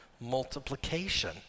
multiplication